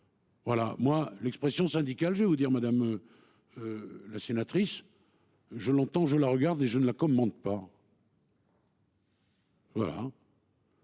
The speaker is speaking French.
Voilà moi l'expression syndicale. Je vais vous dire, madame. La sénatrice. Je l'entends je la regarde et je ne la commande pas. Et la